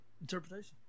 interpretation